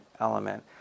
element